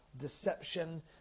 deception